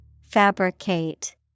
Fabricate